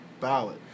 ballot